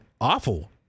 awful